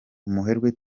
umuherwe